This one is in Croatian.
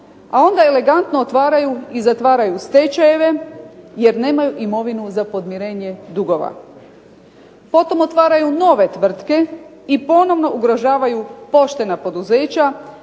a onda elegantno otvaraju i zatvaraju stečajeve jer nemaju imovinu za podmirenje dugova. Potom otvaraju nove tvrtke i ponovno ugrožavaju poštena poduzeća